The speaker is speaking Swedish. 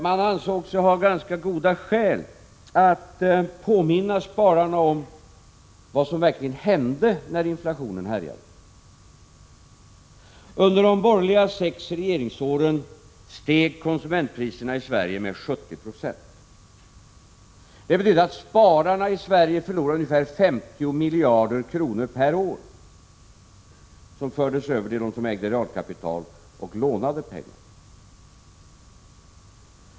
Man ansåg sig ha ganska goda skäl att påminna spararna om vad som verkligen hände när inflationen härjade. Under de borgerliga sex regeringsåren steg konsument 41 priserna i Sverige med 70 96. Det betyder att spararna i Sverige förlorade ungefär 50 miljarder kronor per år, som överfördes till dem som ägde realkapital och lånade pengar.